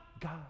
God